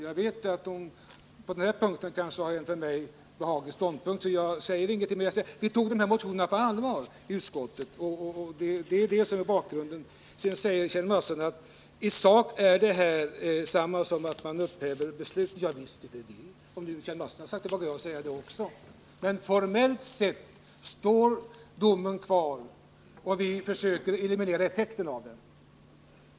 Jag vet att hon på denna punkt har en för mig behaglig ståndpunkt, men jag vill betona att vi i utskottet tog dessa motioner på allvar. Det är det som är 23 Kjell Mattsson säger att utskottets förslag i sak är detsamma som att upphäva beslutet — javisst är det så. Om Kjell Mattsson nu har sagt det, vågar jag också säga det. Men formellt sett står domen kvar. Vad vi försöker göra är att eliminera effekterna av den.